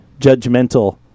judgmental